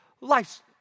life's